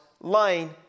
lying